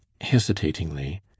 hesitatingly